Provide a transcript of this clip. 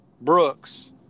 Brooks